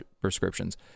prescriptions